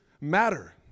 matter